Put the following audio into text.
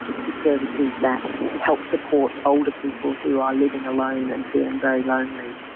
to services that help support older people who are living alone and feeling very lonely,